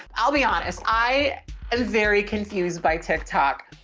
i'll be honest, i ah was very confused by tiktok.